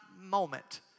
moment